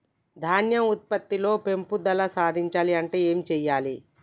ధాన్యం ఉత్పత్తి లో పెంపుదల సాధించాలి అంటే ఏం చెయ్యాలి?